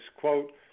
quote